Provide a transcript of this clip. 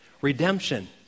Redemption